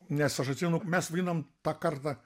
nes aš atsimenu mes vaidinom tą kartą